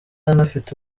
anafite